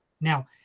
Now